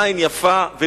בעין יפה,